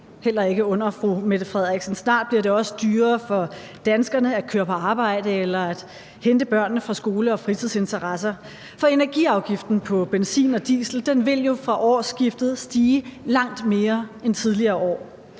heller ikke under statsministeren, og snart bliver det også dyrere for danskerne at køre på arbejde eller at hente børnene fra skole og fritidsinteresser. For energiafgiften på benzin og diesel vil jo fra årsskiftet stige langt mere end i tidligere år.